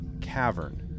cavern